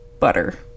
butter